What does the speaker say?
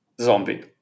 zombie